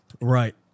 Right